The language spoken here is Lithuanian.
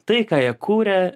tai ką jie kūrė